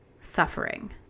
suffering